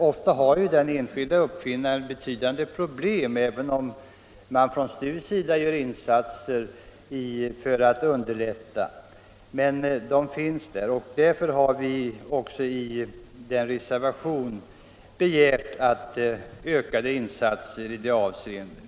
Ofta har den enskilde uppfinnaren betydande problem, även om STU gör insatser för att underlätta. Därför har vi i reservation nr 16 begärt ökade insatser i detta avseende.